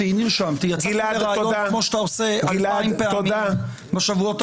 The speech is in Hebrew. --- יצאתי מראיון כמו שאתה עושה 2,000 פעמים בשבועות האחרונים.